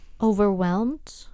overwhelmed